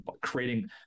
creating